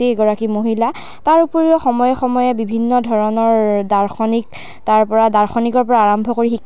এগৰাকী মহিলা তাৰোপৰিও সময়ে সময়ে বিভিন্ন ধৰণৰ দাৰ্শনিক তাৰ পৰা দাৰ্শনিকৰ পৰা আৰম্ভ কৰি শিক্ষা